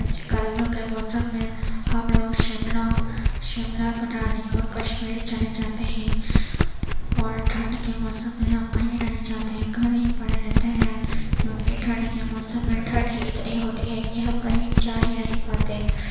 گرمیوں کے موسم میں ہم لوگ شملہ شملہ منالی اور کشمیر چلے جاتے ہیں اور ٹھنڈ کے موسم میں ہم کہیں نہیں جاتے ہیں گھر ہی پڑے رہتے ہیں کیونکہ ٹھنڈ کے موسم میں ٹھنڈ ہی اتنی ہوتی ہے کہ ہم کہیں جا ہی نہیں پاتے